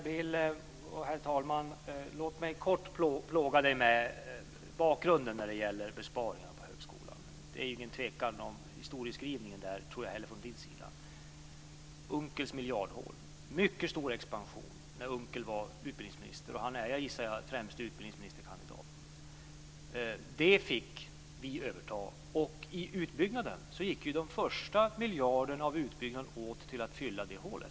Herr talman! Låt mig kort plåga Per Bill med bakgrunden när det gäller besparingarna inom högskolan. Det finns inga tvivel om historieskrivningen där tror jag, inte heller från din sida. Vi kan ta Unckels miljardhål. Det var en mycket stor expansion när Unckel var utbildningsminister. Han är också nu, gissar jag, den främste kandidaten till att bli utbildningsminister. Det fick vi överta. I utbyggnaden gick ju den första miljarden åt till att fylla det hålet.